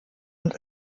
und